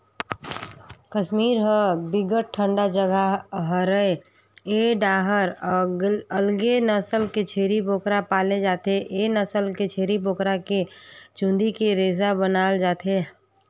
कस्मीर ह बिकट ठंडा जघा हरय ए डाहर अलगे नसल के छेरी बोकरा पाले जाथे, ए नसल के छेरी बोकरा के चूंदी के रेसा बनाल जाथे